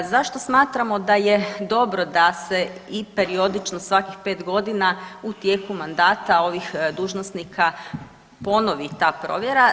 Zašto smatramo da je dobro da se i periodično svakih 5.g. u tijeku mandata ovih dužnosnika ponovi ta provjera?